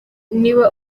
niba